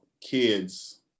kids